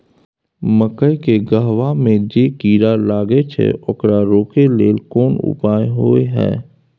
मकई के गबहा में जे कीरा लागय छै ओकरा रोके लेल कोन उपाय होय है?